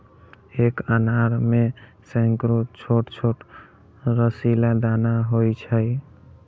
एक अनार मे सैकड़ो छोट छोट रसीला दाना होइ छै